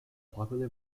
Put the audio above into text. popular